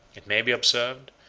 it may be observed,